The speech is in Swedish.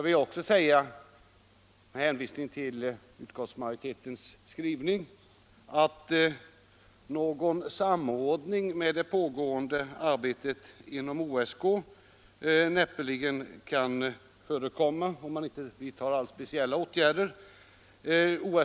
Men med hänvisning till utskottsmajoritetens skrivning vill jag också säga att någon samordning med det pågående arbetet inom OSK näppeligen kan komma till stånd om inga särskilda åtgärder vidtas.